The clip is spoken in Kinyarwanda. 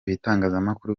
ibitangazamakuru